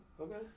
okay